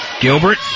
Gilbert